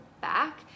back